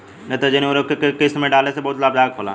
नेत्रजनीय उर्वरक के केय किस्त में डाले से बहुत लाभदायक होला?